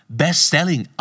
best-selling